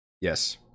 Yes